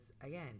again